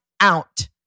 out